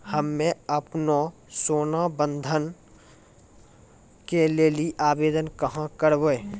हम्मे आपनौ सोना बंधन के लेली आवेदन कहाँ करवै?